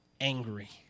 angry